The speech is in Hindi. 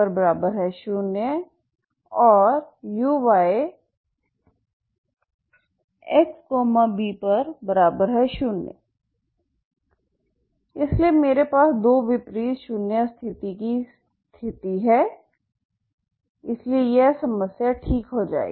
xb0 इसलिए मेरे पास दो विपरीत शून्य सीमा की स्थिति है इसलिए यह समस्या ठीक हो जाएगी